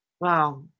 Wow